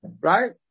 right